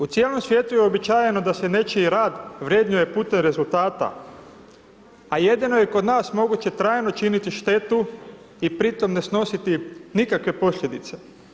U cijelom svijetu je uobičajeno da se nečiji rad vrednuje putem rezultata a jedino je kod nas moguće trajno činiti štetu i pri tome ne snositi nikakve posljedice.